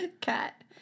Cat